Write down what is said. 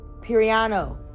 Piriano